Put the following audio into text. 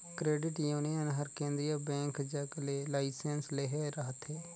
credit union हर केंद्रीय bank जग ले लाइसेंस लेहे रहथे